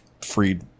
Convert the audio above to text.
freed